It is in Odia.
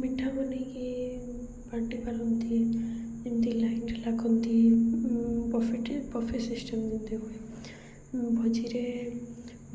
ମିଠା ବନାଇକି ବାଣ୍ଟି ପାରନ୍ତି ଯେମିତି ଲାଇଟ୍ ଲାଗନ୍ତି ବଫେଟ୍ରେ ବଫେ ସିଷ୍ଟେମ୍ ଯେମିତି ହୁଏ ଭୋଜିରେ